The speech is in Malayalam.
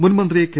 മുൻമന്ത്രി കെ